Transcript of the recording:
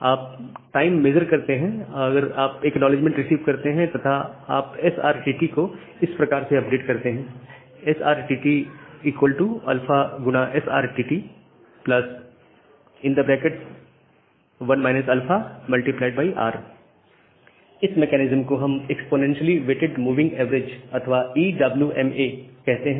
आप time measure करते हैं अगर आप एक्नॉलेजमेंट रिसीव करते हैं तथा आप SRTT को इस प्रकार से अपडेट करते हैं SRTTɑSRTT 1 ɑR इस मेकैनिज्म को हम एक्स्पोनेंशियली वेटेड मूविंग एवरेज अथवा EWMA कहते हैं